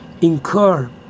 incur